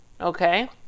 Okay